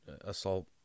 assault